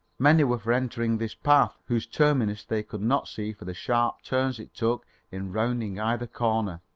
many were for entering this path whose terminus they could not see for the sharp turns it took in rounding either corner.